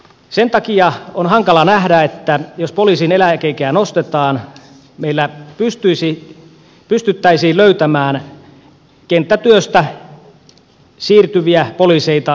sen takia on hankala nähdä että jos poliisin eläkeikää nostetaan meillä pystyttäisiin löytämään kenttätyöstä siirtyviä poliiseja hallintotehtäviin